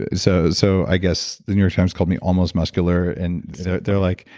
ah so so i guess the new york times called me almost muscular and they're like,